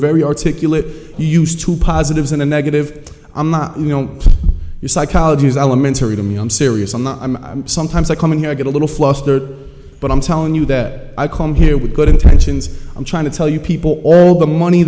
very articulate used to positives in a negative i'm not you know your psychology is elementary to me i'm serious i'm not i'm sometimes i come in here i get a little flustered but i'm telling you that i come here with good intentions i'm trying to tell you people all the money